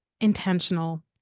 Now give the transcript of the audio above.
intentional